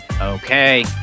Okay